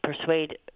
persuade